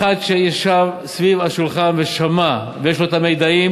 אחד שישב סביב השולחן ושמע ויש לו המידעים